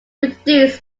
produced